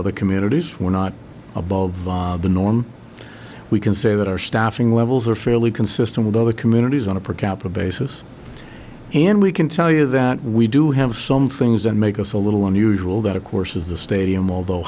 other communities we're not above the norm we can say that our staffing levels are fairly consistent with other communities on a per capita basis and we can tell you that we do have some things that make us a little unusual that of course is the stadium although